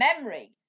memory